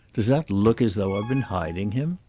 does that look as though i've been hiding him?